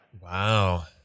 Wow